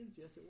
yes